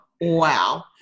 Wow